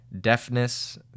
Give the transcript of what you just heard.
deafness